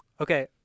Okay